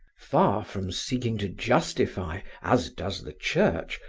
far from seeking to justify, as does the church,